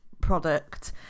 product